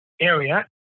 area